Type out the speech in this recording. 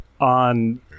on